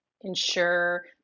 ensure